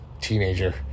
teenager